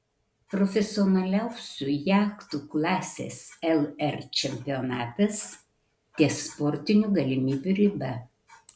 profesionaliausių jachtų klasės lr čempionatas ties sportinių galimybių riba